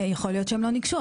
יכול להיות שהם לא נגשו,